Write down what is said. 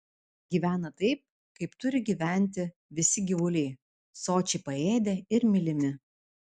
gyvena taip kaip turi gyventi visi gyvuliai sočiai paėdę ir mylimi